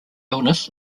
illness